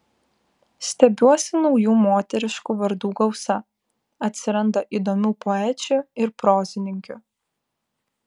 stebiuosi naujų moteriškų vardų gausa atsiranda įdomių poečių ir prozininkių